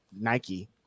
Nike